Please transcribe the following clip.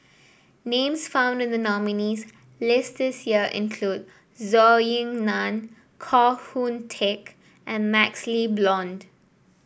names found in the nominees' list this year include Zhou Ying Nan Koh Hoon Teck and MaxLe Blond